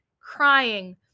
crying